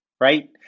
right